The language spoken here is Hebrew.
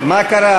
מה קרה?